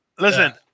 Listen